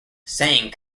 saying